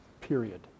period